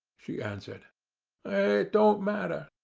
she answered. it don't matter.